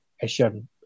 Asian